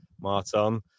Martin